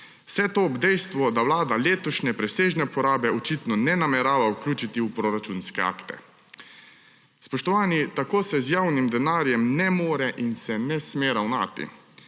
Vse to ob dejstvu, da Vlada letošnje presežne porabe očitno ne namerava vključiti v proračunske akte. Spoštovani, tako se z javnim denarjem ne more in se ne sme ravnati.